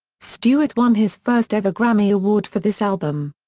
stewart won his first ever grammy award for this album.